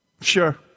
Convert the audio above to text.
sure